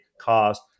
cost